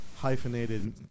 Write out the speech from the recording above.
Hyphenated